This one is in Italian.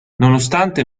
nonostante